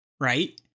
right